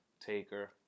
Taker